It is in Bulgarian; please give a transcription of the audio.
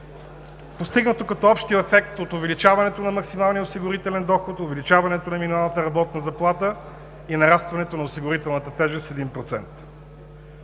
постигнато като общия ефект от увеличаването на максималния осигурителен доход, увеличаването на минималната работна заплата и нарастването на осигурителната тежест с 1%.